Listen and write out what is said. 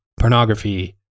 pornography